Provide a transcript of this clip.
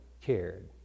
cared